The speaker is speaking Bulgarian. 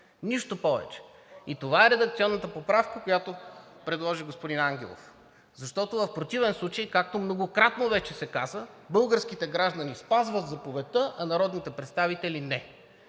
Нищо повече. И това е редакционната поправка, която предложи господин Ангелов, защото в противен случай, както многократно вече се каза, българските граждани спазват заповедта, а народните представители – не.